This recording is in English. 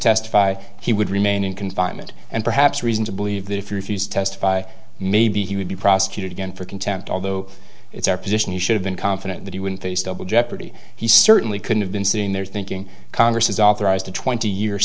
testify he would remain in confinement and perhaps reason to believe that if you refuse to testify maybe he would be prosecuted again for contempt although it's our position you should have been confident that he wouldn't they still jeopardy he certainly could have been sitting there thinking congress has authorized a twenty year